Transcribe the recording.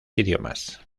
idiomas